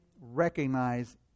recognize